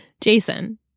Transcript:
Jason